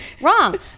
wrong